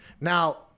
now